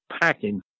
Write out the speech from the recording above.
packing